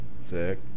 sick